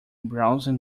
browsing